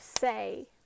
say